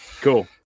Cool